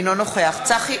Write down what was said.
אינו נוכח צחי